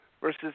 versus